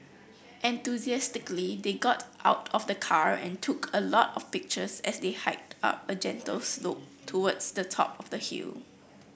enthusiastically they got out of the car and took a lot of pictures as they hiked up a gentle slope towards the top of the hill